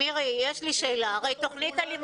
הם יודעים יותר טוב מכולם,